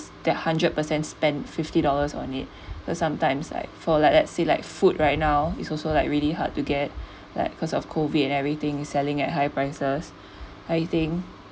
that hundred per cent spent fifty dollars on it cause sometimes like for like let's say like food right now is also like really hard to get like cause of COVID and everything selling at high prices I think